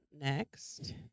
Next